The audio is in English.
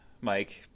Mike